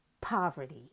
poverty